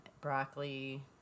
broccoli